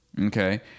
Okay